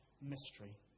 mystery